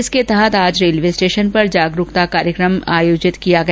इसके तहत आज रेलवे स्टेशन पर जागरुकता कार्यक्रम आयोजत किया गया